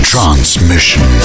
Transmission